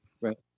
Right